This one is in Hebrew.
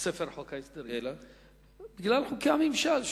ספר חוק ההסדרים אלא בגלל חוקי הממשל.